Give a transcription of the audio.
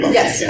yes